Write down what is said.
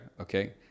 Okay